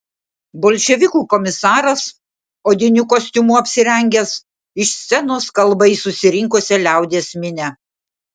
bolševikų komisaras odiniu kostiumu apsirengęs iš scenos kalba į susirinkusią liaudies minią